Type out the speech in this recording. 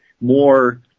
more